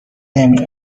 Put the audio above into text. نمی